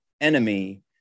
enemy